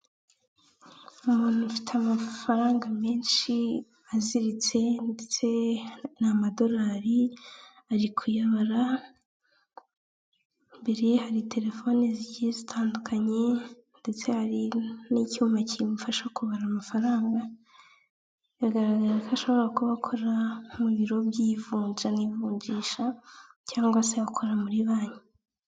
Umuntu ufite amafaranga menshi aziritse ndetse n'amadolari ari kuyabara mbere hari telefoni zigiye zitandukanye ndetse hari n'icyuma kimufasha kubara amafaranga biragaragaza ko ashobora kuba akora mu biro by'ivunja n'ivunjisha cyangwa se akora muri banki.